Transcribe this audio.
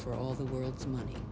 for all the world's money